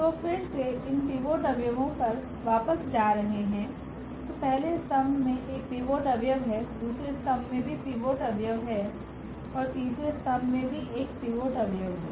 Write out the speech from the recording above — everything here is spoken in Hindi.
तो फिर से इन पिवोट अवयवों पर वापस जा रहे हैं तो पहले स्तंभ में एक पिवोट अवयव है दूसरे स्तंभ में भी पिवोट अवयव है और तीसरे स्तंभ में भी एक पिवोट अवयव है